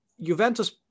Juventus